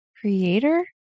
creator